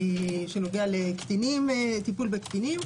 שנוגע לטיפול בקטינים,